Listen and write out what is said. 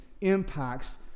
impacts